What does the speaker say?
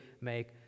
make